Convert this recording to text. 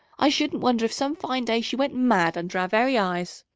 i shouldn't wonder if some fine day she went mad under our very eyes.